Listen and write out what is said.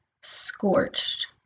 scorched